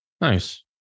Nice